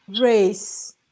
race